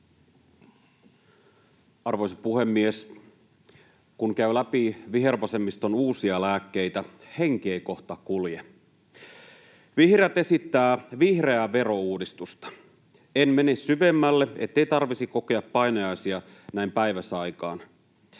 Arvoisa puhemies! Kun käy läpi vihervasemmiston uusia lääkkeitä, henki ei kohta kulje. Vihreät esittävät vihreää verouudistusta. En mene syvemmälle, ettei tarvitsisi kokea painajaisia näin päiväsaikaan.